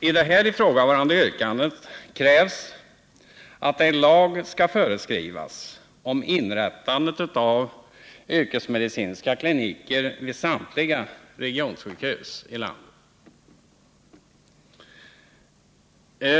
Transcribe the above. I det här ifrågavarande yrkandet krävs att det i lag skall föreskrivas inrättande av yrkesmedicinska kliniker vid samtliga regionsjukhus i landet.